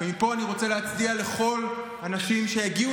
ומפה אני רוצה להצדיע לכל הנשים שהגיעו